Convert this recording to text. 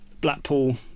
Blackpool